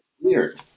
weird